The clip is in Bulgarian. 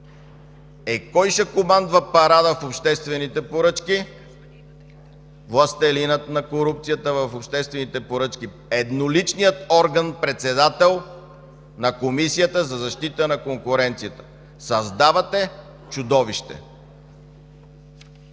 Е, кой ще командва парада в обществените поръчки? Властелинът на корупцията в обществените поръчки, едноличният орган, председател на Комисията за защита на конкуренцията. Създавате чудовище!